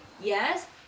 yes